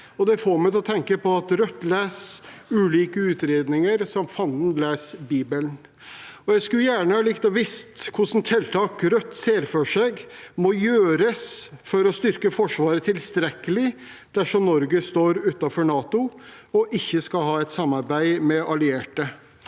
Det får meg til å tenke at Rødt leser ulike utredninger slik fanden leser Bibelen. Jeg skulle gjerne ha likt å vite hvilke tiltak Rødt ser for seg må gjøres for å styrke Forsvaret tilstrekkelig dersom Norge står utenfor NATO og vi ikke skal ha et samarbeid med allierte.